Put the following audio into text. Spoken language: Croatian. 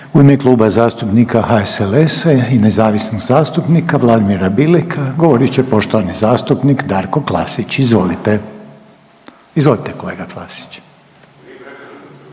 U ime Kluba zastupnika HSLS-a i nezavisnih zastupnika Vladimira Bileka govorit će poštovani zastupnik Darko Klasić, izvolite. Izvolite kolega Klasić.